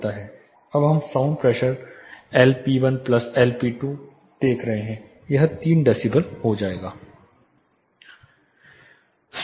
अब हम sound pressure L p1 plus L P2 x देख रहे हैं यह 3 डेसिबल हो जाएगा